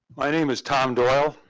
my name is tom doyle.